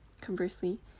Conversely